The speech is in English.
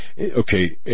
okay